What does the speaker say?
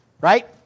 Right